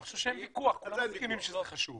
אני חושב שאין ויכוח, כולם מסכימים שזה חשוב.